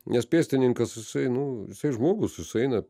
nes pėstininkas jisai nu jisai žmogus jisai eina